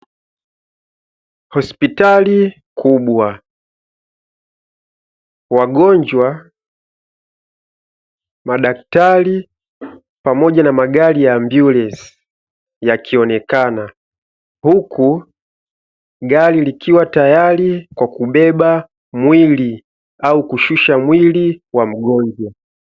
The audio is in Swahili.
Hospitali kubwa wagonjwa, madaktari pamoja na magari ya ambulansi yakionekana, huku gari likiwa tayari kwa kubeba mwili au kushusha mwili wa mgonjwa.